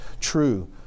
true